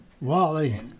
Wally